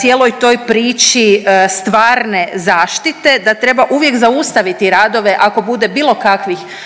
cijeloj toj priči stvarne zaštite, da treba uvijek zaustaviti radove ako bude bilo kakvih sumnji.